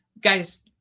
guys